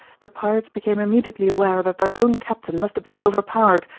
the pirates became immediately aware that their own captain must have been overpowered,